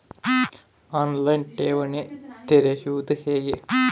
On line ಠೇವಣಿ ತೆರೆಯುವುದು ಹೇಗೆ?